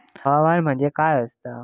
हवामान म्हणजे काय असता?